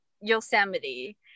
Yosemite